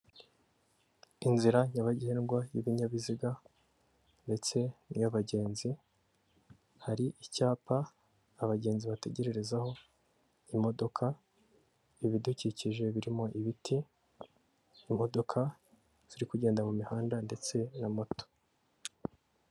Inzira nyabagendwa y'ibinyabiziga ndetse n'iyabagenzi, hari icyapa abagenzi bategerezaho imodoka, ibidukikije birimo ibiti, imodoka ziri kugenda mu mihanda ndetse na moto.